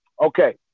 okay